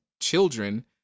children